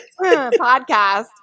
podcast